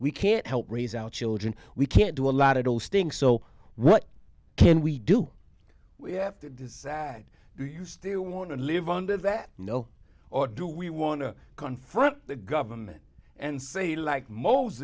we can't help raise our children we can't do a lot of those things so what can we do we have to decide do you still want to live under that you know or do we want to confront the government and say like mos